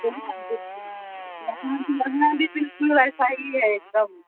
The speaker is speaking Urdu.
یہاں بھی بالکل ویسا ہی ہے ایک دم